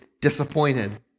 disappointed